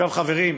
חברים,